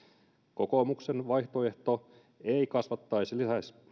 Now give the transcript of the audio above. kokoomuksen vaihtoehto ei kasvattaisi lisäisi